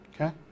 Okay